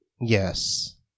Yes